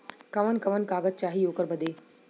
कवन कवन कागज चाही ओकर बदे?